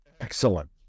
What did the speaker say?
Excellent